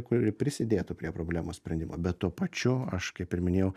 kuri prisidėtų prie problemos sprendimo bet tuo pačiu aš kaip ir minėjau